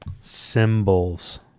Symbols